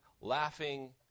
laughing